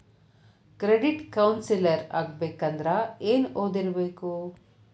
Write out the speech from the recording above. Credit counsellor ಆಗ್ಬೇಕಂದ್ರ ಏನ್ ಓದಿರ್ಬೇಕು?